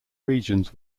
regions